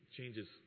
Changes